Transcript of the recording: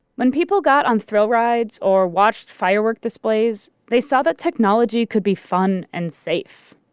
when people got on thrill rides or watched firework displays, they saw that technology could be fun and safe.